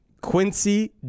Quincy